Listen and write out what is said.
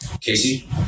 Casey